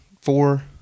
four